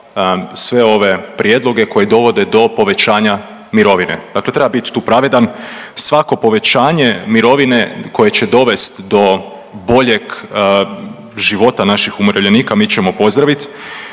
sve ove prijedloge koji dovode do povećanja mirovine. Dakle, treba biti tu pravedan. Svako povećanje mirovine koje će dovesti do boljeg života naših umirovljenika mi ćemo pozdraviti.